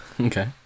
Okay